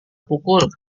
pukul